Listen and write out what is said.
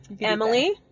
Emily